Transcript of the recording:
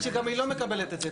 זה אולי מה שאמור לקרות בתיאוריה.